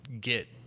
get